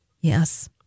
Yes